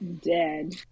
Dead